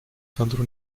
sandro